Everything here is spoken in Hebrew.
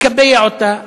מקבע אותה,